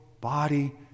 body